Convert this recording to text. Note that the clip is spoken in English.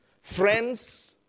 friends